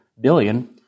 billion